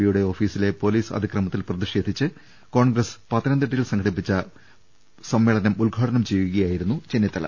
പിയുടെ ഓഫീസിലെ പൊലീസ് അതിക്രമത്തിൽ പ്രതി ഷേധിച്ച് കോൺഗ്രസ് പത്തനംതിട്ടയിൽ സംഘടിപ്പിച്ച പ്രതിഷേധ സമ്മേ ളനം ഉദ്ഘാടനം ചെയ്യുകയായിരുന്നു ചെന്നിത്തല